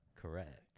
Correct